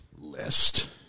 list